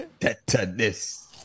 tetanus